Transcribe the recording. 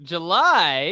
July